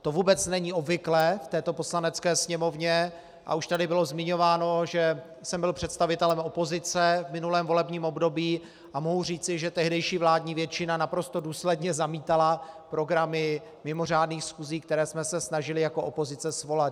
To vůbec není obvyklé v této Poslanecké sněmovně, a už tady bylo zmiňováno, že jsem byl představitelem opozice v minulém volebním období, a mohu říci, že tehdejší vládní většina naprosto důsledně zamítala programy mimořádných schůzí, které jsme se snažili jako opozice svolat.